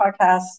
podcast